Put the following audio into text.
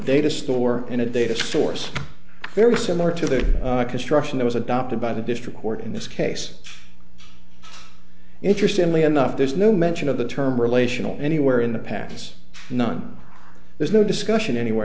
data store in a data source very similar to the construction that was adopted by the district court in this case interestingly enough there's no mention of the term relational anywhere in the pass none there's no discussion anywhere